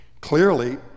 Clearly